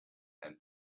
and